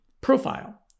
profile